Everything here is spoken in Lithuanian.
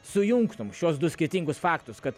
sujungtum šiuos du skirtingus faktus kad